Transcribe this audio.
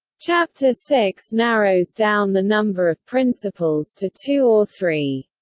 chapter six narrows down the number of principles to two or three.